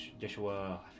Joshua